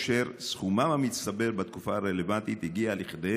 אשר סכומם המצטבר בתקופה הרלוונטית הגיע לכדי"